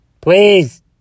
Please